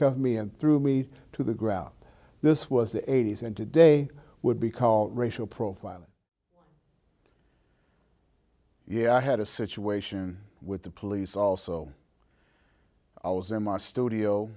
me and threw me to the ground this was the eighty's and today would be called racial profiling yeah i had a situation with the police also i was in my studio